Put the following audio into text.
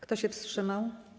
Kto się wstrzymał?